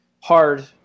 hard